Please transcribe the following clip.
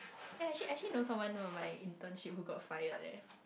yeah actually actually no someone know my internship who got fire there